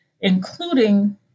including